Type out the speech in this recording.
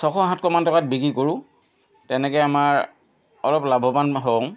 ছশ সাতশমান টকাত বিক্ৰী কৰোঁ তেনেকৈ আমাৰ অলপ লাভবান হওঁ